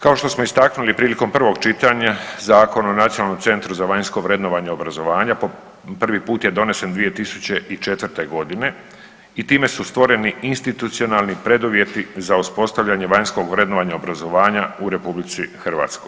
Kao što smo istaknuli prilikom prvog čitanja Zakon o Nacionalnom centru za vanjsko vrednovanje obrazovanja po prvi put je donesen 2004. godine i time su stvoreni institucionalni preduvjeti za uspostavljanje vanjskog vrednovanja obrazovanja u RH.